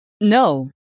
No